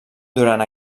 durant